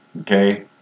okay